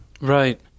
Right